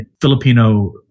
Filipino